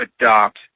adopt